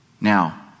Now